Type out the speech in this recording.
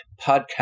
podcast